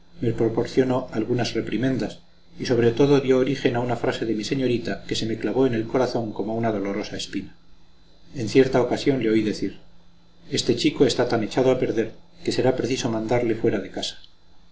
proporcionó algunas reprimendas y sobre todo dio origen a una frase de mi señorita que se me clavó en el corazón como una dolorosa espina en cierta ocasión le oí decir este chico está tan echado a perder que será preciso mandarle fuera de casa